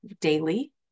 daily